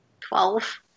Twelve